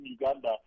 Uganda